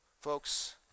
Folks